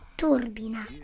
turbina